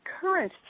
current